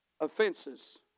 offenses